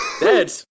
Dead